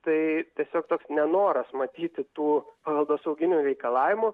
tai tiesiog toks nenoras matyti tų paveldosauginių reikalavimų